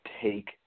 take